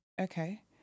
Okay